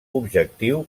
objectiu